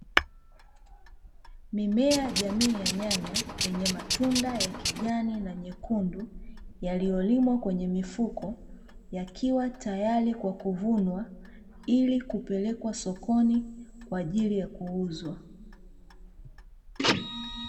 Mimea jamii ya nyanya yenye matunda ya kijani na nyekundu yaliyolimwa kwenye mifuko, yakiwa tayari kwa kuvunwa ili kupelekwa sokoni kwaajili ya kuuzwa.